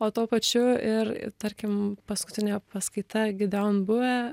o tuo pačiu ir tarkim paskutinė jo paskaita gideon buvė